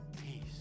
peace